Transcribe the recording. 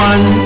One